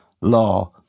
law